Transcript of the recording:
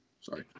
sorry